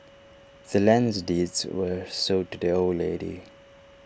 the land's deed was sold to the old lady